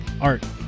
Art